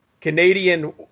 Canadian